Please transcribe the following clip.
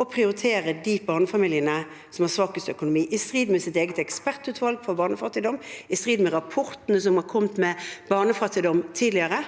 å prioritere de barnefamiliene som har svakest økonomi – i strid med sitt eget ekspertutvalg på barnefattigdom, i strid med rapportene som har kommet om barnefattigdom tidligere.